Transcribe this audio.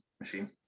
machine